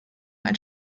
als